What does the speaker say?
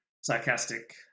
sarcastic